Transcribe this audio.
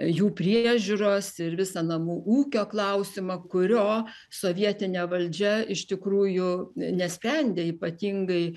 jų priežiūros ir visą namų ūkio klausimą kurio sovietinė valdžia iš tikrųjų nesprendė ypatingai